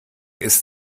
ist